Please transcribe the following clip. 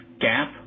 gap